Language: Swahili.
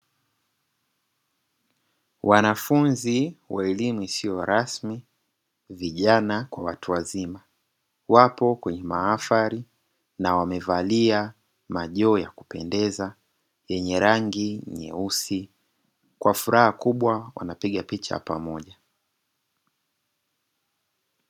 Wanafunzi wa elimu isiyo rasmi vijana kwa watu wazima wapo kwenye mahafali na wamevalia majoho ya kupendeza yenye rangi nyeusi, kwa furaha kubwa wanapiga picha pamoja.